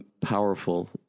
powerful